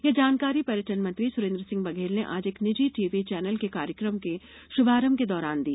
यह जानकारी पर्यटन मंत्री सुरेन्द्र सिंह बघेल ने आज एक निजी टीवी चैनल के कार्यक्रम के शुभारंभ के दौरान दी